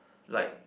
like